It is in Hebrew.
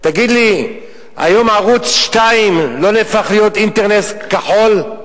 תגיד לי, היום ערוץ-2 לא הפך להיות אינטרנט כחול?